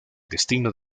destino